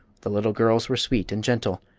the little girls were sweet and gentle,